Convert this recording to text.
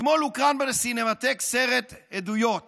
אתמול הוקרן בסינמטק סרט עדויות